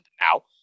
now